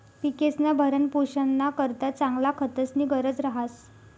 पिकेस्ना भरणपोषणना करता चांगला खतस्नी गरज रहास